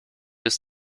bis